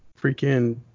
freaking